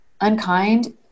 unkind